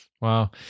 Wow